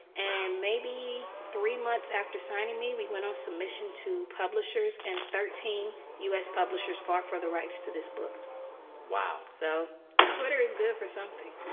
and maybe three months after signing me, we went on submission to publishers and thirteen u s. publishers fought for the rights to this book wow so twitter is good for something